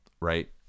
right